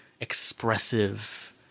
expressive